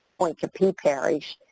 on coupee parish.